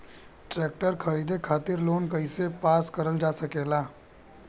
Tractor खरीदे खातीर loan कइसे पास करल जा सकेला?